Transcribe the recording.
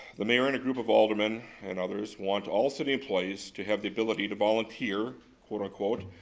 the mayor and a group of aldermen, and others, want all city employees to have the ability to volunteer, quote unquote,